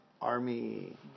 army